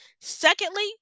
Secondly